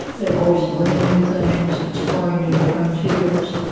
they are always learning new things and exploring new frontiers.